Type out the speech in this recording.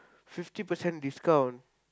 fifty percent discount